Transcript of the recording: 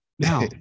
Now